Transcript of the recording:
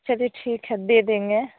चलिए ठीक है दे देंगे